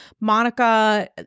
Monica